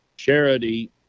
Charity